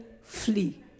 flee